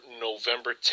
November